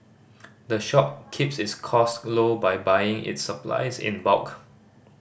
the shop keeps its cost low by buying its supplies in bulk